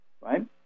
right